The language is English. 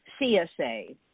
CSA